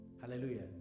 Hallelujah